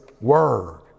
word